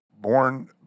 born